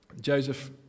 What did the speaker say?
Joseph